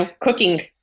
cooking